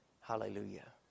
Hallelujah